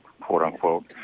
quote-unquote